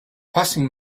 passing